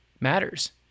matters